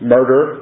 Murder